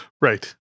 Right